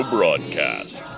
Broadcast